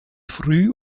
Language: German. früh